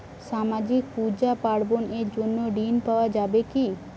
সামাজিক পূজা পার্বণ এর জন্য ঋণ পাওয়া যাবে কি?